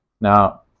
Now